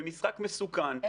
במשחק מסוכן של כשירות הצבא.